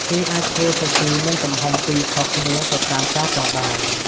គេអាចធ្វើសាជីមានទំហំពីរខុសគ្នាទៅតាមការចង់បាន។